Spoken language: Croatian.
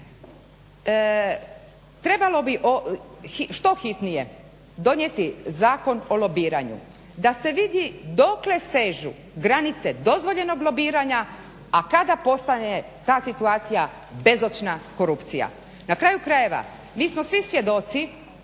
Trebalo bi što hitnije donijeti Zakon o lobiranju, da se vidi dokle sežu granice dozvoljenog lobiranja, a kada postane ta situacija bezočna korupcija. Na kraju krajeva, mi smo svi svjedoci